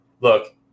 Look